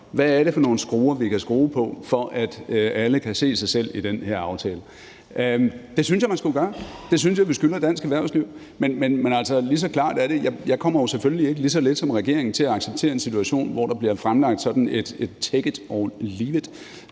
hvad er det for nogle skruer, vi kan skrue på, for at alle kan se sig selv i den her aftale? Det synes jeg man skulle gøre. Det synes jeg vi skylder dansk erhvervsliv, men lige så klart er det jo selvfølgelig, at jeg lige så lidt som regeringen kommer til at acceptere en situation, hvor der bliver fremlagt sådan et take it or leave